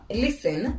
listen